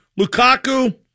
Lukaku